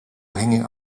hanging